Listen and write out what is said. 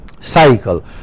cycle